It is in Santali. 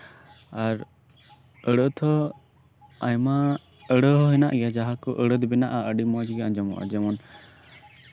ᱟᱨ ᱟᱹᱲᱟᱹ ᱛᱮᱦᱚᱸ ᱟᱭᱢᱟ ᱟᱹᱲᱟᱹ ᱦᱚᱸ ᱢᱮᱱᱟᱜ ᱜᱮᱭᱟ ᱡᱟᱸᱦᱟ ᱠᱚ ᱟᱹᱲᱟᱹ ᱢᱮᱱᱟᱜ ᱜᱮᱭᱟ ᱟᱸᱰᱤ ᱢᱚᱸᱡ ᱜᱮ ᱟᱸᱡᱚᱢᱚᱜᱼᱟ ᱡᱮᱢᱚᱱ